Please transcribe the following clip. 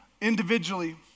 Individually